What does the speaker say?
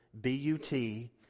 B-U-T